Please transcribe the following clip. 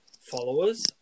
followers